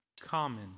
common